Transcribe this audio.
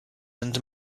under